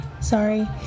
Sorry